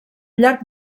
llarg